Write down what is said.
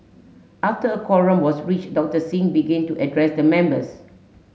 after a quorum was reached Doctor Singh begin to address the members